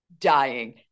dying